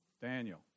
Daniel